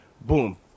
boom